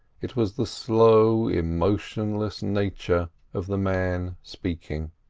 it was the slow, emotionless nature of the man speaking.